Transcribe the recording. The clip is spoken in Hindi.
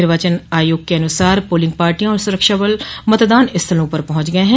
निर्वाचन आयोग के अनुसार पोलिंग पार्टियां और सुरक्षा बल मतदान स्थलों पर पहुंच गये हैं